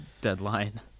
deadline